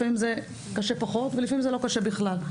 לפעמים זה קשה פחות ולפעמים זה לא קשה בכלל.